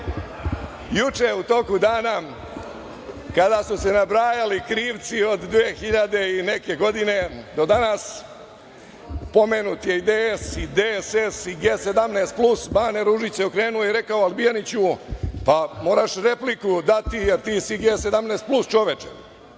Juče u toku dana kada su se nabrajali krivci od 2000. i neke godine do danas, pomenut je i DS, i DSS, i G17 plus, Bane Ružić se okrenuo i rekao – Albijaniću pa moraš repliku dati, jer ti si G17 plus čoveče. Ja